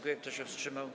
Kto się wstrzymał?